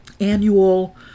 annual